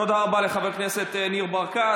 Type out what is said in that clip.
תודה רבה לחבר הכנסת ניר ברקת.